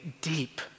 deep